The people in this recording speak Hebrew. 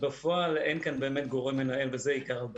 בפועל אין כאן באמת גורם מנהל, וזה עיקר הבעיה.